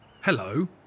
Hello